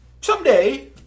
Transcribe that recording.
Someday